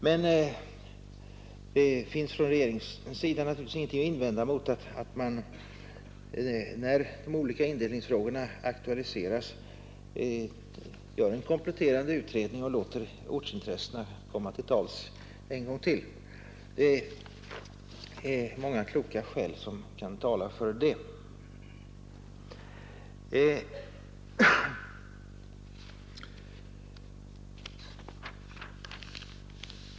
Från regeringens sida finns det naturligtvis ingenting att invända mot att man när de olika indelningsfrågorna aktualiseras gör en kompletterande utredning och låter ortsintressena komma till tals ännu en gång. Många kloka skäl kan tala för det.